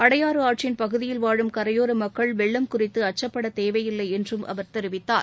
அடையாறு ஆற்றின் பகுதியில் வாழும் கரையோர மக்கள் வெள்ளம் குறித்து அச்சம் அடையதேவையில்லை என்றும் அவர் தெரிவித்தார்